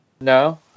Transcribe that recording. No